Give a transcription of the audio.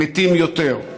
מתים יותר.